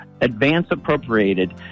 advance-appropriated